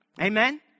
Amen